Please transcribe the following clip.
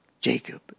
Jacob